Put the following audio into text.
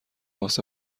واسه